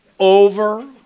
Over